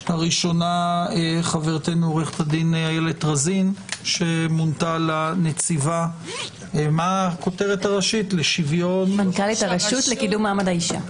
הראשונה חברתנו עו"ד אילת רזין שמונתה למנכ"לית הרשות לקידום מעמד האשה.